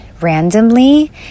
randomly